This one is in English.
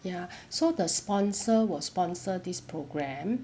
ya so the sponsor will sponsor this program